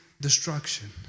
destruction